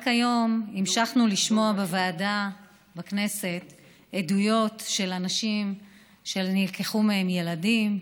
רק היום המשכנו לשמוע בוועדה בכנסת עדויות של אנשים שנלקחו מהם ילדים,